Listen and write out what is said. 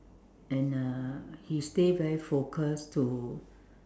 and uh he stay very focused to